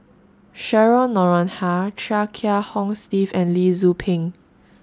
Cheryl Noronha Chia Kiah Hong Steve and Lee Tzu Pheng